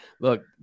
Look